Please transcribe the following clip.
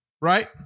Right